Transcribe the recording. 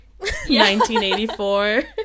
1984